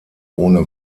ohne